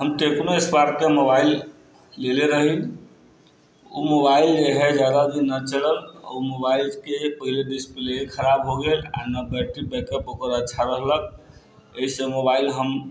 हम टेक्नोस्पार्कके मोबाइल लेले रही उ मोबाइल जे है जादा दिन नहि चलल उ मोबाइलके पहिले डिस्प्ले खराब हो गेल आओर ने बैटरी बैकअप ओकर अच्छा रहल ऐसे मोबाइल हम